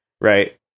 right